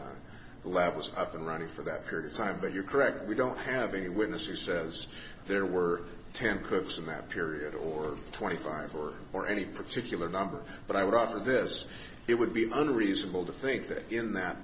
the lab was up and running for that period of time but you're correct we don't have a witness who says there were ten clips in that period or twenty five or or any particular number but i would offer this it would be under reasonable to think that in that